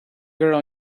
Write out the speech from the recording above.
girl